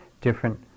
different